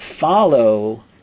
follow